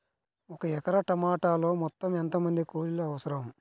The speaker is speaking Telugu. ఒక ఎకరా టమాటలో మొత్తం ఎంత మంది కూలీలు అవసరం?